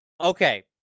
Okay